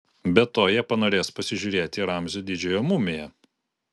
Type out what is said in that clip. be to jie panorės pasižiūrėti į ramzio didžiojo mumiją